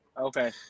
Okay